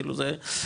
כאילו זה תהליך,